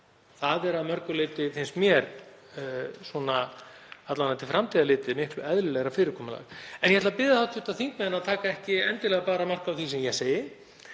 Það er að mörgu leyti, finnst mér, svona til framtíðar litið, miklu eðlilegra fyrirkomulag. En ég ætla að biðja hv. þingmenn að taka ekki endilega bara mark á því sem ég segi,